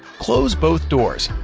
close both doors.